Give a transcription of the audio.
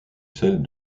celle